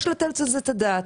יש לתת על זה את הדעת.